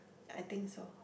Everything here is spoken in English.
I think so